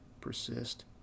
persist